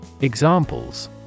Examples